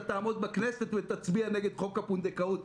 תעמוד בכנסת ותצביע נגד חוק הפונדקאות.